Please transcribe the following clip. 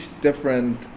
different